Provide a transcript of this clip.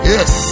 Yes